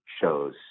shows